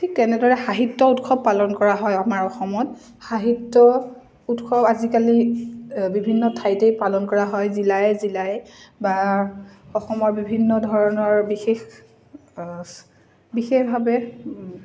ঠিক তেনেদৰে সাহিত্য উৎসৱ পালন কৰা হয় আমাৰ অসমত সাহিত্য উৎসৱ আজিকালি বিভিন্ন ঠাইতেই পালন কৰা হয় জিলাই জিলাই বা অসমৰ বিভিন্ন ধৰণৰ বিশেষ বিশেষভাৱে